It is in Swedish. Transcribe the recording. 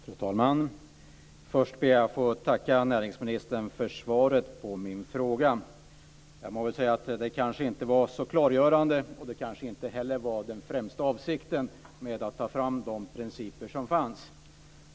Fru talman! Först ber jag att få tacka näringsministern för svaret på min fråga. Jag må väl säga att det inte var så klargörande, och det var kanske inte heller den främsta avsikten med att ta fram de principer som finns.